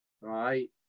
right